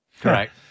Correct